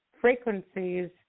frequencies